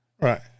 Right